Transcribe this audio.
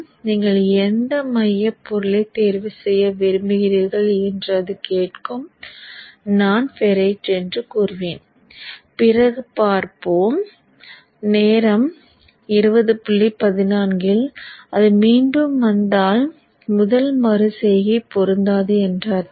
நீங்கள் எந்த மையப் பொருளைத் தேர்வு செய்ய விரும்புகிறீர்கள் என்று அது கேட்கும் நான் ஃபெரைட் என்று கூறுவேன் பிறகு பார்ப்போம் அது மீண்டும் வந்தால் முதல் மறு செய்கை பொருந்தாது என்று அர்த்தம்